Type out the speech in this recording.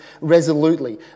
resolutely